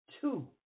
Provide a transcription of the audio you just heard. two